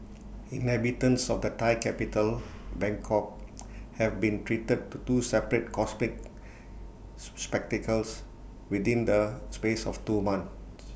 inhabitants of the Thai capital Bangkok have been treated to two separate cosmic spectacles within the space of two months